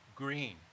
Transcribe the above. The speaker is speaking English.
green